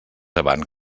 avant